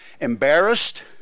embarrassed